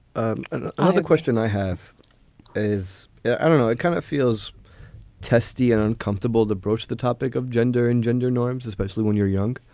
ah and the other question i have is i don't know, it kind of feels testy and uncomfortable to broach the topic of gender and gender norms, especially when you're young.